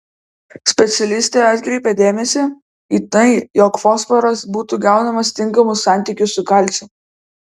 specialistė atkreipia dėmesį į tai jog fosforas būtų gaunamas tinkamu santykiu su kalciu